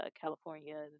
California